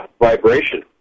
vibration